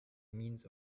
means